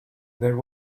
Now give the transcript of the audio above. there